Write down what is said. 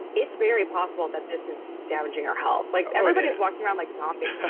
it's very possible that this is damaging our health. like everybody is walking around like zombies.